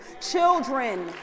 Children